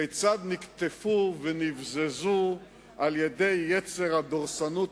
כיצד נקטפו ונבזזו על-ידי יצר הדורסנות